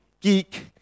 geek